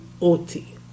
OT